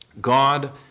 God